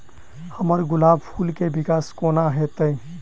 हम्मर गुलाब फूल केँ विकास कोना हेतै?